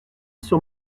sur